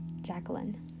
Jacqueline